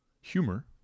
humor